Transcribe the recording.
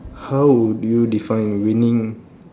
how would you define winning